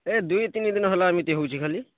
ଏ ଦୁଇ ତିନି ଦିନ ହେଲା ଏମିତି ହେଉଛି ଖାଲି